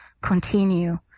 continue